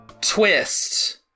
Twist